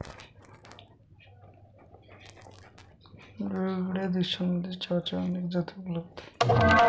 वेगळ्यावेगळ्या देशांमध्ये चहाच्या अनेक जाती उपलब्ध आहे